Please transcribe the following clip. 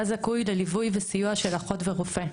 היה זכאי לליווי וסיוע של אחות ורופא.